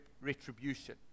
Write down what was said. retribution